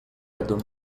adım